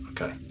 Okay